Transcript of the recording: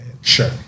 sure